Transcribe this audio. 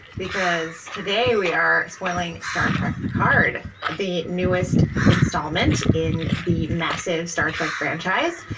because today we are spoiling star trek picard, the newest installment in the massive star trek franchise,